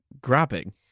grabbing